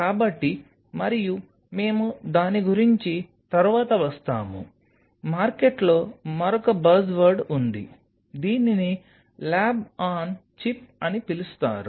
కాబట్టి మరియు మేము దాని గురించి తరువాత వస్తాము మార్కెట్లో మరొక బజ్వర్డ్ ఉంది దీనిని ల్యాబ్ ఆన్ చిప్ అని పిలుస్తారు